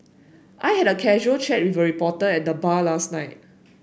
I had a casual chat with reporter at the bar last night